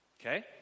Okay